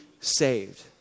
saved